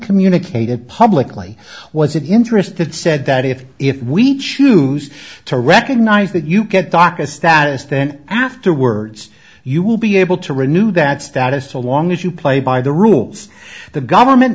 communicated publicly was of interest that said that if if we choose to recognize that you get doctors status then afterwards you will be able to renew that status so long as you play by the rules the government